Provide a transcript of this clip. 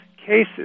cases